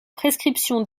prescription